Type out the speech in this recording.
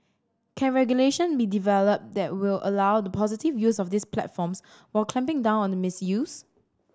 can regulation be developed that will allow the positive use of these platforms while clamping down on the misuse